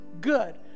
good